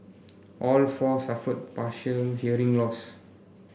all four suffered partial hearing loss